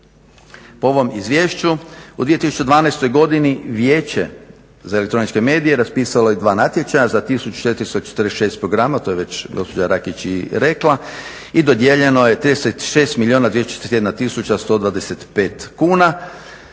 Po ovom izvješću u 2012. godini Vijeće za elektroničke medije raspisalo je 2 natječaja za 1446 programa, to je već gospođa Rakić i rekla, i dodijeljeno je 36 milijuna